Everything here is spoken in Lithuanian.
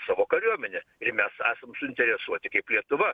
savo kariuomenę ir mes esam suinteresuoti kaip lietuva